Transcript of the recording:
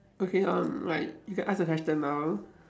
okay um like you can ask your question now